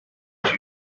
程序